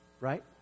right